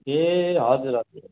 ए हजुर हजुर हजुर